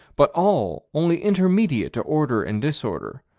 but all only intermediate to order and disorder,